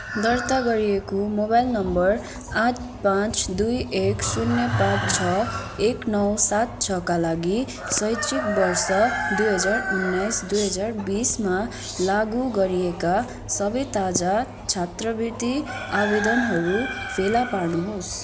दर्ता गरिएको mobile number आठ पाँच दुई एक शून्य पाँच छ एक नौ सात छका लागि शैक्षिक वर्ष दुई हजार उन्नाइस दुई हजार बिसमा लागु गरिएका सबै ताजा छात्रवृत्ति आवेदनहरू फेला पार्नुहोस्